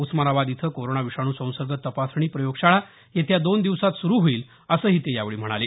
उस्मानाबाद इथं कोरोना विषाणू संसर्ग तपासणी प्रयोगशाळा येत्या दोन दिवसात सुरु होईल असंही ते यावेळी म्हणाले